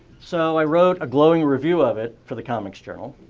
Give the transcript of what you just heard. so i wrote a glowing review of it for the comics journal.